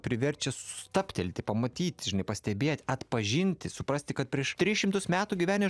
priverčia stabtelti pamatyti žinai pastebėt atpažinti suprasti kad prieš tris šimtus metų gyvenę